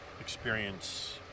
experience